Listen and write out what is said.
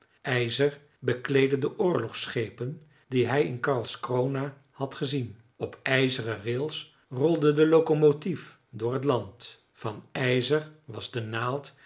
ijzer bekleedde de oorlogsschepen die hij in karlskrona had gezien op ijzeren rails rolde de locomotief door het land van ijzer was de naald